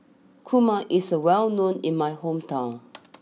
Kurma is a well known in my hometown